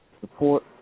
Support